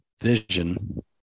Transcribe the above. vision